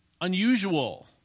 unusual